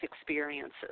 experiences